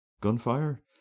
gunfire